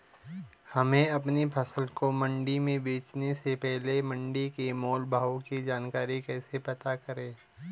हमें अपनी फसल को मंडी में बेचने से पहले मंडी के मोल भाव की जानकारी कैसे पता करें?